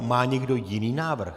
Má někdo jiný návrh?